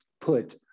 put